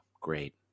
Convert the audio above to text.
great